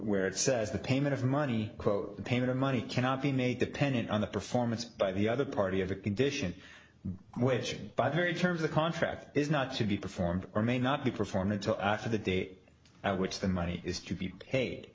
where it says the payment of money quote the payment of money cannot be made dependent on the performance by the other party of a condition which by the very term of the contract is not to be performed or may not be performed until after the date at which the money is to be paid